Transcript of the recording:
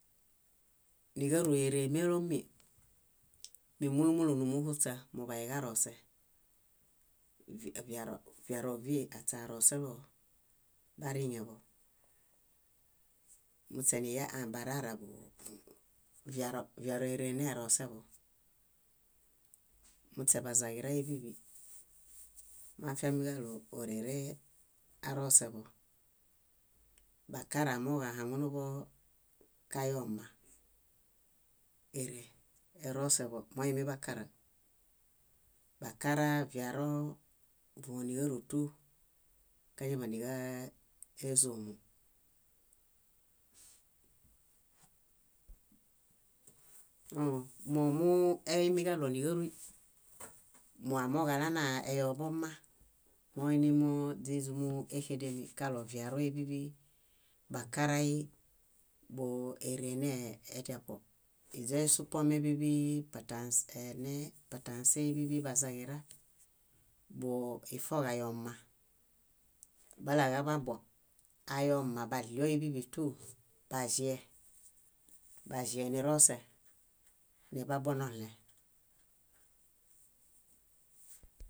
. Níġaruy éremelomi, mímulu múlu nímuhuśa muḃayuġarese. Vario, viaro óvii aśearoseluo, bariŋeḃo, muśeniya barara buhu, viaro ére neroseo, muśe bazaġirai bíḃi moafiamiġaɭo órere aroseḃo, bakara amooġo ahaŋunuḃo kayoma. Ére eroseḃo moimiḃakara, bakara, viaro, vóniġarutu káñaḃaniġaezomo. Õõ momueimiġaɭo níġaruy, moamooġo alanayomoma, móinimoźiźumuexedemi kaɭo viaroi bíḃi, bakara bóere nediabo. Iźoisupomei bíḃi, patãsei, bazaġira bóo ifoġayoma, balaġaḃabo, ayoma baɭioi bíḃitu, baĵe, baĵe nirose niḃabo noɭẽ.